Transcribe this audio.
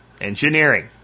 Engineering